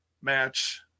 match